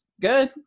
good